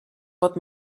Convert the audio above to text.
pot